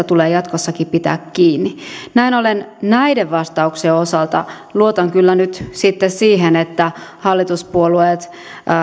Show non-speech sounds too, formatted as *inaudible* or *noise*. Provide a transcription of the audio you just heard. *unintelligible* tulee jatkossakin pitää kiinni näin ollen näiden vastauksien osalta luotan kyllä nyt siihen että hallituspuolueet